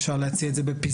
אפשר להציע את זה בפסג"ה.